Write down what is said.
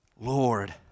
Lord